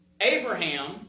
Abraham